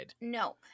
no